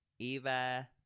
Eva